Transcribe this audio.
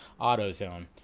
AutoZone